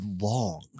long